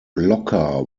blocker